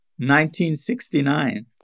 1969